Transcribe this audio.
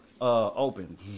open